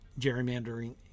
gerrymandering